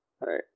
right